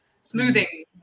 smoothing